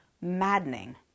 maddening